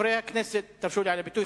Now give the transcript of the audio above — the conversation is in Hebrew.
תרשו לי ביטוי,